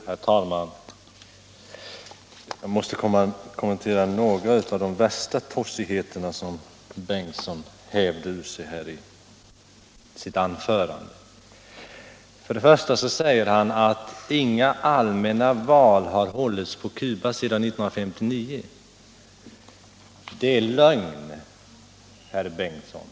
Herr talman! Jag måste kommentera några av de värsta tossigheter som herr förste vice talmannen Bengtson hävde ur sig i sitt anförande. För det första säger herr Bengtson att inga allmänna val har hållits på Cuba sedan 1959. Det är lögn, herr Bengtson.